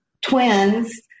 twins